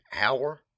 hour